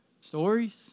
Stories